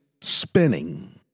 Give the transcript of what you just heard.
spinning